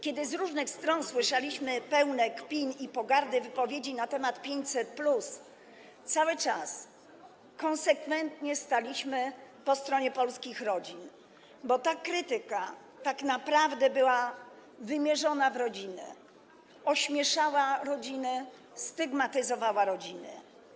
Kiedy z różnych stron słyszeliśmy pełne kpin i pogardy wypowiedzi na temat 500+, cały czas konsekwentnie staliśmy po stronie polskich rodzin, bo ta krytyka tak naprawdę była wymierzona w rodziny, ośmieszała rodziny, stygmatyzowała rodziny.